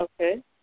Okay